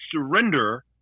surrender